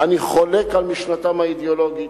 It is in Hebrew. אני חולק על משנתם האידיאולוגית,